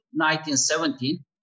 1917